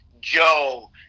Joe